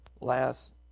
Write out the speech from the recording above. Last